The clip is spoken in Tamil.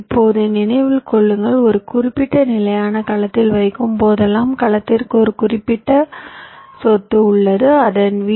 இப்போது நினைவில் கொள்ளுங்கள் ஒரு குறிப்பிட்ட நிலையான கலத்தில் வைக்கும்போதெல்லாம் கலத்திற்கு ஒரு குறிப்பிட்ட சொத்து உள்ளது அதன் வி